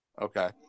Okay